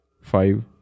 Five